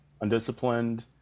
Undisciplined